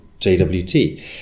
JWT